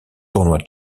tournoi